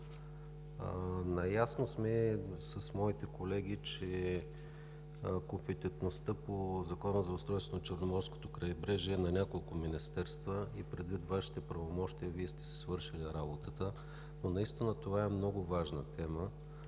Наясно сме с моите колеги, че компетентността по Закона за устройството на Черноморското крайбрежие е на няколко министерства. Предвид Вашите правомощия Вие сте си свършили работата. Наистина това е много важна тема.